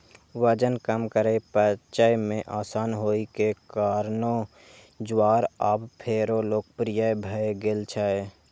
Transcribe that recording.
वजन कम करै, पचय मे आसान होइ के कारणें ज्वार आब फेरो लोकप्रिय भए गेल छै